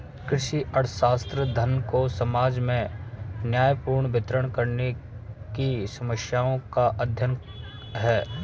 कृषि अर्थशास्त्र, धन को समाज में न्यायपूर्ण वितरण करने की समस्याओं का अध्ययन है